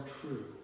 true